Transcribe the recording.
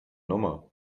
nummer